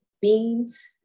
beans